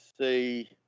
see